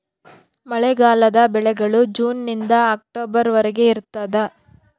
ಮಳೆಗಾಲದ ಬೆಳೆಗಳು ಜೂನ್ ನಿಂದ ಅಕ್ಟೊಬರ್ ವರೆಗೆ ಇರ್ತಾದ